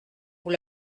vous